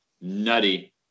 nutty